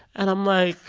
and i'm like.